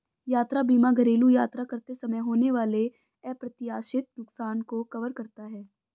यात्रा बीमा घरेलू यात्रा करते समय होने वाले अप्रत्याशित नुकसान को कवर करता है